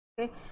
okay